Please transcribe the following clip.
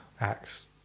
acts